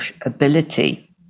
ability